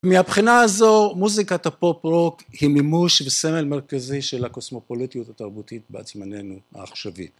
מהבחינה הזו מוזיקת הפופ-רוק היא מימוש וסמל מרכזי של הקוסמופוליטיות התרבותית בת זמננו העכשווית.